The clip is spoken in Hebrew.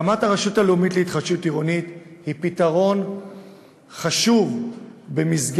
הקמת הרשות הלאומית להתחדשות עירונית היא פתרון חשוב במסגרת